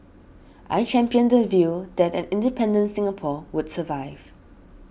I championed the view that an independent Singapore would survive